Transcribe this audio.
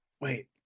wait